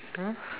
!huh!